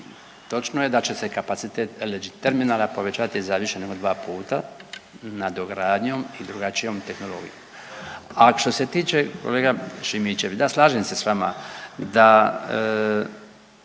točno je da će se kapacitet LNG terminala povećati za više nego dva puta nadogradnjom i drugačijom tehnologijom. A što se tiče kolega Šimičević, da slažem se s vama da